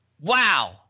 Wow